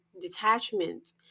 detachment